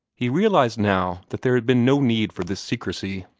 he realized now that there had been no need for this secrecy.